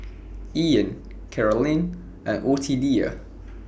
Ian Carolynn and Ottilia